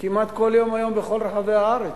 כמעט כל יום עכשיו בכל רחבי הארץ,